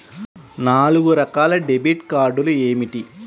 నాలుగు రకాల డెబిట్ కార్డులు ఏమిటి?